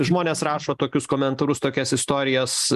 žmonės rašo tokius komentarus tokias istorijas